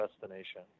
destination